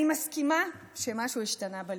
אני מסכימה שמשהו השתנה בליכוד.